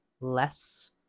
less